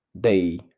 Day